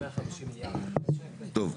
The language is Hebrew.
טוב.